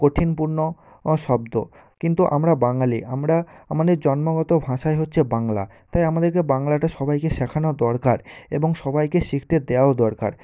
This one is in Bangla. কঠিনপূর্ণ শব্দ কিন্তু আমরা বাঙালি আমরা আমাদের জন্মগত ভাষাই হচ্ছে বাংলা তাই আমাদেরকে বাংলাটা সবাইকে শেখানো দরকার এবং সবাইকে শিখতে দেওয়াও দরকার